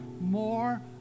more